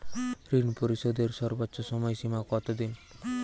ঋণ পরিশোধের সর্বোচ্চ সময় সীমা কত দিন?